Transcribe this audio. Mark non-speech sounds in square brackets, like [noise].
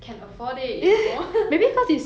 can afford it you know [noise]